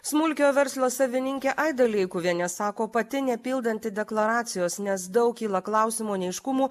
smulkiojo verslo savininkė aida leikuvienė sako pati nepildanti deklaracijos nes daug kyla klausimų neaiškumų